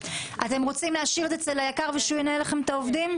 אז אתם רוצים להשאיר את זה אצל היק"ר ושהוא ינהל לכם את העובדים?